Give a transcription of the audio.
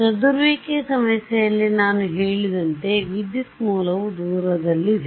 ಚದುರುವಿಕೆಯ ಸಮಸ್ಯೆಯಲ್ಲಿ ನಾನು ಹೇಳಿದಂತೆ ವಿದ್ಯುತ್ ಮೂಲವು ದೂರದಲ್ಲಿದೆ